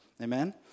Amen